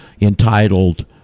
entitled